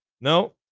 no